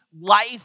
life